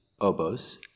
oboes